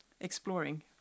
exploring